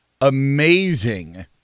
amazing